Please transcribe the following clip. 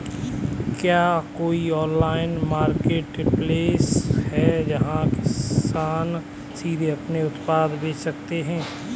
क्या कोई online marketplace है जहाँ किसान सीधे अपने उत्पाद बेच सकते हैं?